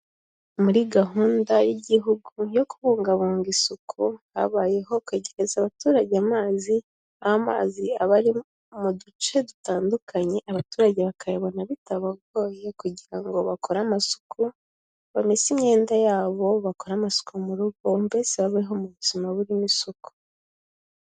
Muri gahunda y'igihugu yo kubungabunga isuku habayeho kwegereza abaturage amazi, amazi aba ari mu duce dutandukanye, abaturage bakayabona bitabagoye kugira ngo bakore amasuku, bamese imyenda yabo, bakore amasuku mu rugo, mbese babeho mu buzima burimo isuku.